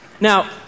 Now